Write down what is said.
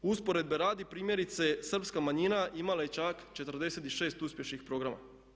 Usporedbe radi, primjerice srpska manjina imala je čak 46 uspješnih programa.